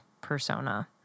persona